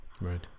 Right